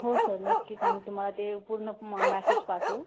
हो सर नक्कीच आम्ही तुम्हाला ते पूर्ण म मॅसेज पाठवू